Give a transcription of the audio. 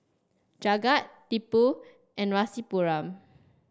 Jagat Tipu and Rasipuram